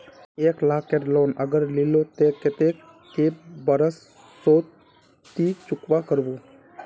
एक लाख केर लोन अगर लिलो ते कतेक कै बरश सोत ती चुकता करबो?